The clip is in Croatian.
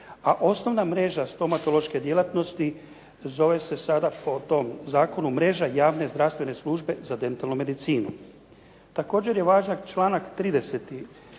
A osnovna mreža stomatološke djelatnosti zove se sada po tom zakonu mreža javne zdravstvene službe za dentalnu medicinu. Također je važan članak 30.